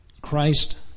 Christ